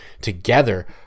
together